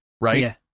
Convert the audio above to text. Right